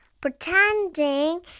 pretending